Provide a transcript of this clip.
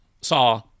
saw